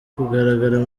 kugaragara